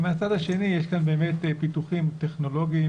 ומהצד השני יש כאן באמת פיתוחים טכנולוגיים,